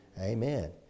Amen